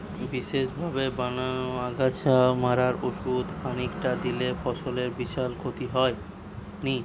বিশেষভাবে বানানা আগাছা মারার ওষুধ খানিকটা দিলে ফসলের বিশাল ক্ষতি হয়নি